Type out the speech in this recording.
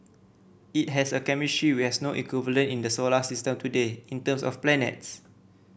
it has a chemistry we has no equivalent in the solar system today in terms of planets